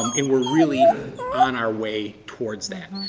um and we're really on our way towards that.